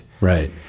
Right